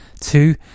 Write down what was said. two